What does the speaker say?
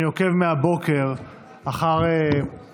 אני עוקב מהבוקר אחר הצעות החוק שמועלות על ידי חברי